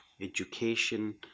education